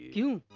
you